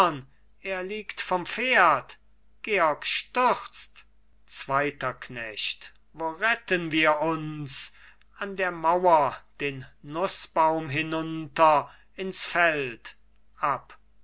er liegt vom pferd georg stürzt zweiter knecht wo retten wir uns an der mauer den nußbaum hinunter ins feld